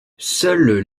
seules